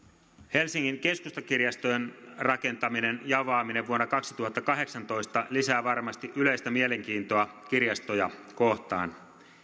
helsingin keskustakirjaston rakentaminen ja avaaminen vuonna kaksituhattakahdeksantoista lisää varmasti yleistä mielenkiintoa kirjastoja kohtaan